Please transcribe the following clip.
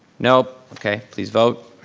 nope? okay, please vote.